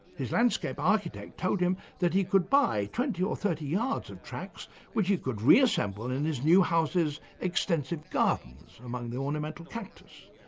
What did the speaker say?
his landscape architect told him that he could buy twenty or thirty yards of tracks which he could reassemble in his new house's extensive gardens among the ornamental cactus,